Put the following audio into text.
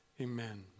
Amen